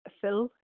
Phil